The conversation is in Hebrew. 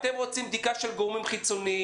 אתם רוצים בדיקה של גורמים חיצוניים,